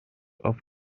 auf